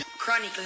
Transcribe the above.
Chronic